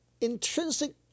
Intrinsic